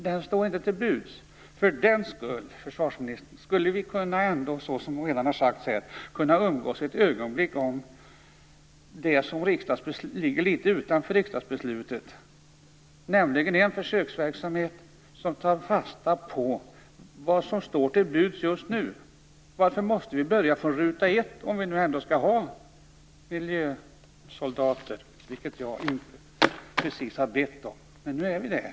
För en gångs skull, försvarsministern, skulle vi kunna diskutera det som ligger litet utanför riksdagsbeslutet, nämligen en försöksverksamhet som tar fasta på vad som står till buds just nu. Varför måste vi börja från ruta ett, om vi ändå skall ha miljösoldater - vilket jag inte har bett om? Nu är vi där.